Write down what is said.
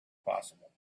possible